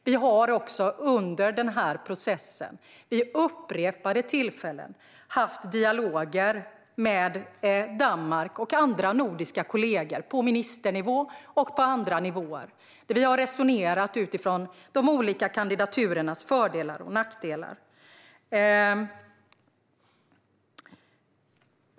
Vi har under denna process vid upprepade tillfällen haft dialoger med Danmark och andra nordiska kollegor, på ministernivå och på andra nivåer. Vi har resonerat utifrån de olika kandidaturernas för och nackdelar.